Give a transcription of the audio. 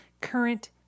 current